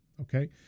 Okay